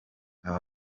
aba